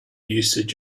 usage